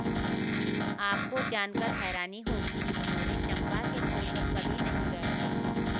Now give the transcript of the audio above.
आपको जानकर हैरानी होगी कि भंवरे चंपा के फूल पर कभी नहीं बैठते